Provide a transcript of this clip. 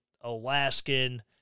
Alaskan